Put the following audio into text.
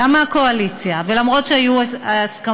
גם הקואליציה, ולמרות שהיו הסכמות